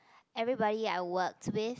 everybody I worked with